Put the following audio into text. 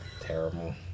terrible